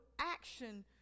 action